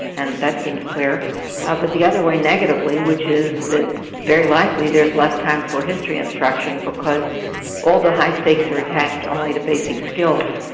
and that seems clearer but the other way negatively, which is that very likely there' s less time for history instruction because all the high stakes are attached only to basic skills,